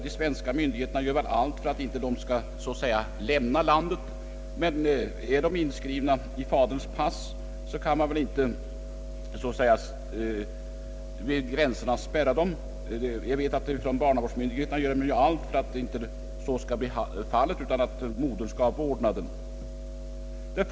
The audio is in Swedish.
De svenska myndigheterna gör allt för att barnen inte skall få lämna landet, men om de är inskrivna i faderns pass kan man inte stoppa dem vid gränserna. Barnavårdsmyndigheterna arbetar för att modern skall få vårdnaden om barnen i sådana fall.